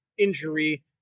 injury